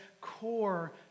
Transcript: core